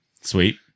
Sweet